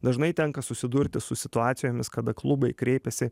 dažnai tenka susidurti su situacijomis kada klubai kreipiasi